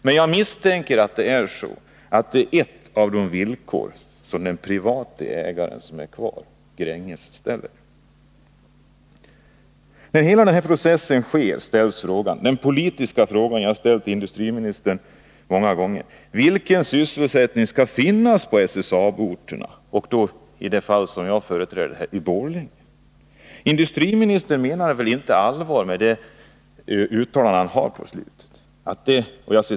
Men jag misstänker att det handlar om ett av de villkor som den privata ägare som är kvar, Gränges, Om SSAB:s verkställer. samhet När hela den här processen äger rum uppkommer den politiska frågan — som jag ställt till industriministern många gånger: Vilken sysselsättning skall finnas på SSAB-orterna och särskilt i Borlänge, som jag företräder? Industriministern menar väl inte allvar med uttalandet på slutet i interpellationssvaret?